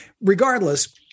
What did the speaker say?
regardless